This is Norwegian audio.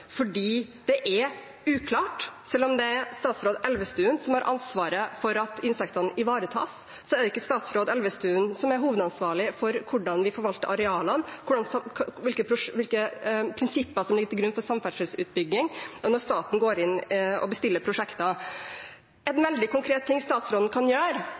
fordi det er uklart. Selv om det er statsråd Elvestuen som har ansvaret for at insektene ivaretas, er det ikke statsråd Elvestuen som er hovedansvarlig for hvordan vi forvalter arealene, hvilke prinsipper som ligger til grunn for samferdselsutbygging, når staten går inn og bestiller prosjekter. En veldig konkret ting statsråden kan gjøre,